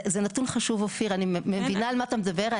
זה נתון חשוב, אופיר, אני מבינה על מה אתה מדבר.